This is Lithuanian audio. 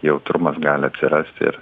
jautrumas gali atsirasti ir